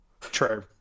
True